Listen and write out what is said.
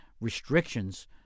restrictions